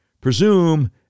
presume